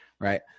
right